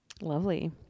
Lovely